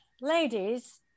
ladies